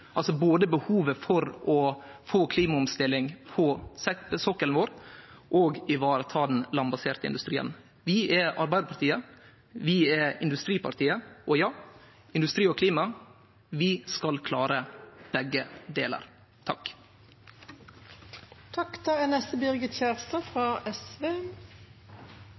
behovet for å få klimaomstilling på sokkelen vår og varetar den landbaserte industrien. Vi er Arbeidarpartiet – vi er industripartiet, og ja: Når det gjeld industri og klima, skal vi klare begge delar. Det er